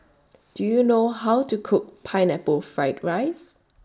Do YOU know How to Cook Pineapple Fried Rice